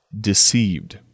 deceived